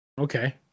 okay